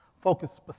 focus